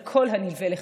על כל הנלווה לכך,